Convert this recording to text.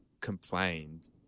complained